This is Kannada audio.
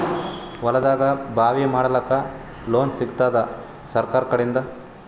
ಹೊಲದಾಗಬಾವಿ ಮಾಡಲಾಕ ಲೋನ್ ಸಿಗತ್ತಾದ ಸರ್ಕಾರಕಡಿಂದ?